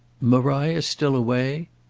maria's still away?